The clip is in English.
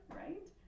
right